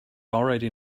already